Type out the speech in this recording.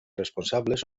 responsables